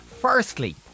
Firstly